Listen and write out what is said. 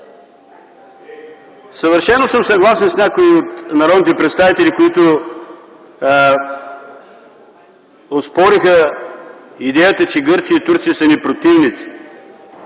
Съвършено съм съгласен с някои от народните представители, които оспориха идеята, че Гърция и Турция са ни противници.